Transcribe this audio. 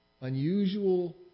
unusual